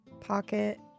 Pocket